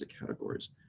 categories